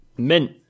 Mint